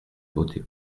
voter